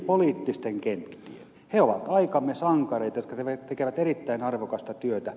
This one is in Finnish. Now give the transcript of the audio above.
he ovat aikamme sankareita jotka tekevät erittäin arvokasta työtä